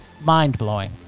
Mind-blowing